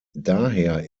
daher